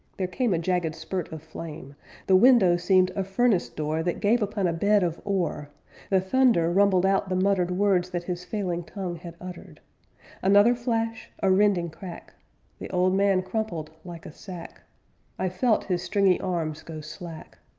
there came a jagged spurt of flame the window seemed a furnace door that gave upon a bed of ore the thunder rumbled out the muttered words that his failing tongue had uttered another flash, a rending crack the old man crumpled like a sack i felt his stringy arms go slack.